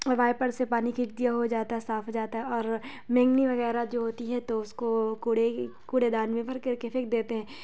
اور وائیپر سے پانی کھینچ دیا ہو جاتا ہے صاف ہو جاتا ہے اور مینگنی وغیرہ جو ہوتی ہے تو اس کو کوڑے کی کوڑے دان میں بھر کر کے پھینک دیتے ہیں